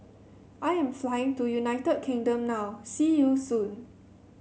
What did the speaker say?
I am flying to United Kingdom now See you soon